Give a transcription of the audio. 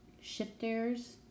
Shifters